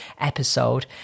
episode